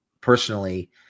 personally